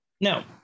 No